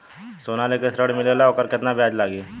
सोना लेके ऋण मिलेला वोकर केतना ब्याज लागी?